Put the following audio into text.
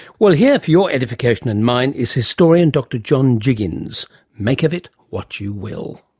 well here for your edification and mine is historian dr john jiggens make of it what you will.